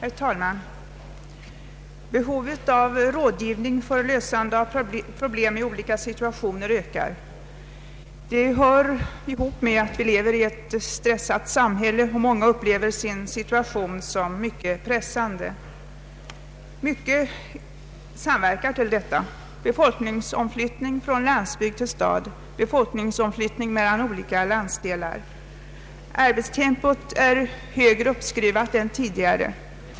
Herr talman! Behovet av rådgivning för lösande av problem i olika situationer ökar. Det hör ihop med att vi lever i ett stressat samhälle, där många upplever sin situation som starkt pressande. Mycket samverkar till detta: befolkningsomflyttningen från landsbygd till stad, befolkningsomflyttningen mellan olika landsdelar, arbetstempot, som är högre uppskruvat än tidigare.